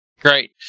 great